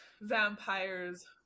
vampires